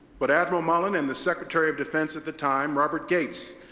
but admiral mullen and the secretary of defense at the time, robert gates,